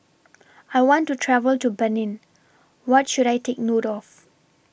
I want to travel to Benin What should I Take note of